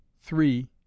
three